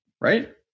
Right